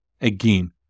again